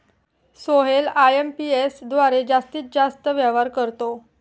Sohail IMPS द्वारे जास्तीत जास्त व्यवहार करतो